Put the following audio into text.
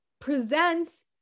presents